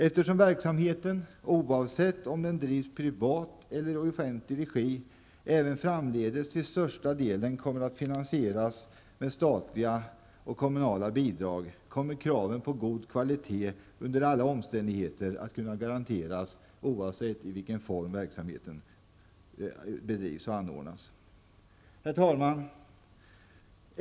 Eftersom verksamheten, oavsett om den drivs i privat eller offentlig regi, även framdeles till största delen kommer att finansieras med statliga och kommunala bidrag, kommer kraven på god kvalitet under alla omständigheter att kunna garanteras oavsett i vilken form verksamheten bedrivs och anordnas. Herr talman!